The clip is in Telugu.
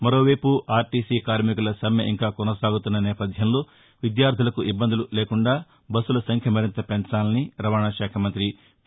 మరోవైపు ఆర్టీసీ కార్మికుల సమ్మె ఇంకా కొనసాగుతున్న నేపథ్యంలో విద్యార్థులకు ఇబ్బందులు లేకుండా బస్సుల సంఖ్య మరింత పెంచాలని రవాణా శాఖ మంతి పి